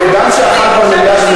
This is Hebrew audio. גם כשאכלת במליאה.